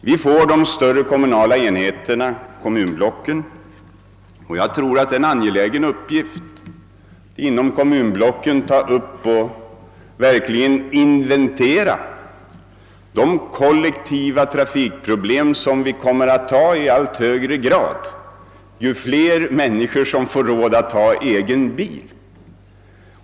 Vi får ju de större kommunala enheterna, kommunblocken, och jag tror att det är en angelägen uppgift att man inom dessa verkligen inventerar de kollektiva trafikproblem som vi i allt högre grad kommer att ställas inför. Dessa blir flera ju fler människor som får råd att ha egen bil.